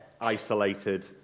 isolated